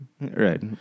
right